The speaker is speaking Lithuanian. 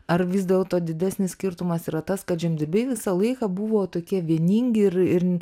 ar vis dėlto didesnis skirtumas yra tas kad žemdirbiai visą laiką buvo tokie vieningi ir ir